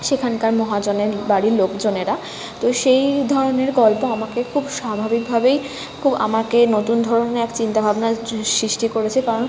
সেখানকার মহাজনের বাড়ির লোকজনেরা তো সেই ধরনের গল্প আমাকে খুব স্বাভাবিকভাবেই খুব আমাকে নতুন ধরনের এক চিন্তা ভাবনা সৃষ্টি করেছে কারণ